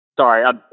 Sorry